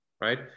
right